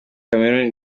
cameroun